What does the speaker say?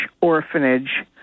orphanage